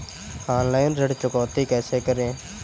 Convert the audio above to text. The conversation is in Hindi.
ऑनलाइन ऋण चुकौती कैसे करें?